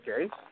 Okay